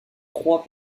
trois